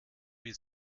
wie